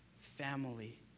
family